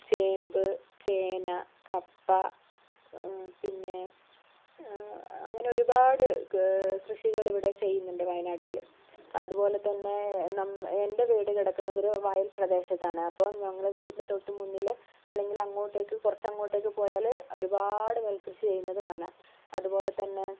ചേമ്പ് ചേന കപ്പ പിന്നേ അങ്ങനെ ഒരുപാട് കൃഷികൾ ഇവിടെ ചെയ്യുന്നുണ്ട് വയനാട്ടിൽ അതുപോലെതന്നെ നം എൻ്റെ വീട് കിടക്കുന്നതൊരു വയൽ പ്രദേശത്താണ് അപ്പോൾ ഞങ്ങളുടെ വീടിൻ്റെ തൊട്ടുമുന്നിൽ അല്ലെങ്കിൽ അങ്ങോട്ടേക്ക് കുറച്ചങ്ങോട്ടേക്ക് പോയാല് ഒരുപാട് നെൽകൃഷി ചെയ്യുന്നത് കാണാം അതുപോലെതന്നെ